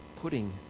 putting